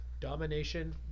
Domination